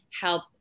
help